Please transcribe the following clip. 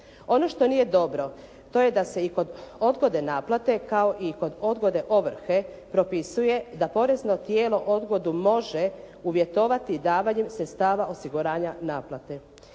Ono što nije dobro to je da se i kod odgode naplate kao i kod odgode ovrhe propisuje da porezno tijelo odgodu može uvjetovati i davanjem sredstava osiguranja naplate.